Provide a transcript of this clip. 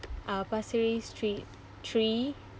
uh pasir ris street three